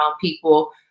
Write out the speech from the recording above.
people